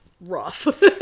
rough